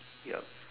yup